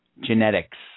Genetics